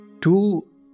two